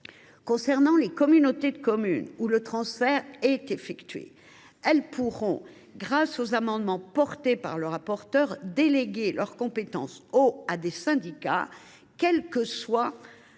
Concernant les communautés de communes où le transfert a déjà été effectué, elles pourront, grâce aux amendements portés par le rapporteur, déléguer leurs compétences « eau » et